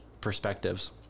perspectives